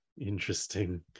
Interesting